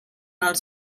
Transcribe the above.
els